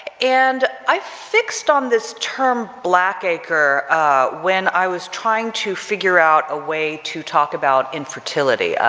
and i fixed on this term black acre when i was trying to figure out a way to talk about infertility,